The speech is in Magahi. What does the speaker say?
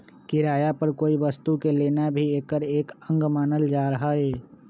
किराया पर कोई वस्तु के लेना भी एकर एक अंग मानल जाहई